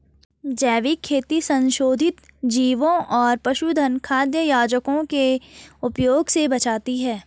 जैविक खेती संशोधित जीवों और पशुधन खाद्य योजकों के उपयोग से बचाती है